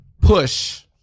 push